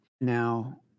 Now